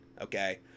Okay